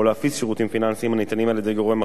שירותים פיננסיים הניתנים על-ידי גורם אחר.